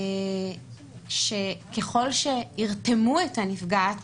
שככל שירתמו את הנפגעת